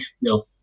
no